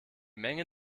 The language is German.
menge